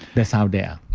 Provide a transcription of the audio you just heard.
that's how they are